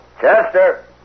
Chester